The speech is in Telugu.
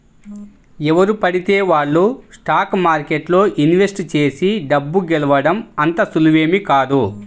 ఎవరు పడితే వాళ్ళు స్టాక్ మార్కెట్లో ఇన్వెస్ట్ చేసి డబ్బు గెలవడం అంత సులువేమీ కాదు